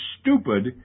stupid